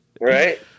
Right